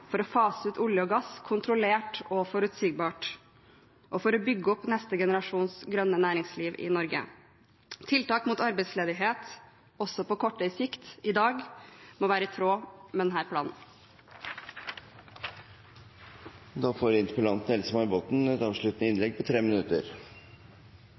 for å fase ut olje og gass kontrollert og forutsigbart, og for å bygge opp neste generasjons grønne næringsliv i Norge. Tiltak mot arbeidsledighet, også på kortere sikt, i dag, må være i tråd med denne planen. Jeg vil takke alle som har deltatt i diskusjonen. Det viser at det er et